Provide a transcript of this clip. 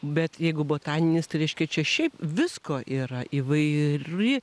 bet jeigu botaninis tai reiškia čia šiaip visko yra įvairi